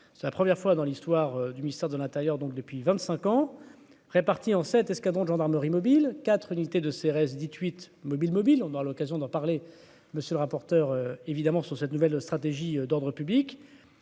c'est la première fois dans l'histoire du ministère de l'Intérieur, donc depuis 25 ans, répartis en 7 escadrons de gendarmerie mobile 4 unités de CRS détruite mobile Mobile, on aura l'occasion d'en parler, monsieur le rapporteur, évidemment, sur cette nouvelle stratégie d'ordre public,